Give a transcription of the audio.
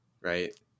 right